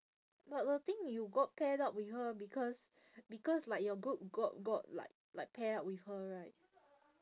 but the thing you got paired up with her because because like your group got got like like pair up with her right